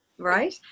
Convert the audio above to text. right